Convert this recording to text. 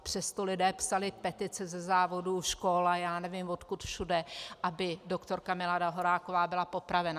Přesto lidé psali petice ze závodů, škol a já nevím odkud všude, aby doktorka Milada Horáková byla popravena.